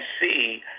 see